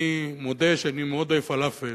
אני מודה שאני מאוד אוהב פלאפל,